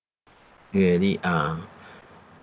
really uh